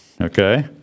Okay